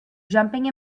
jumping